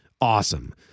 awesome